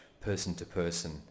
person-to-person